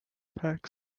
pack